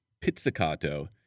pizzicato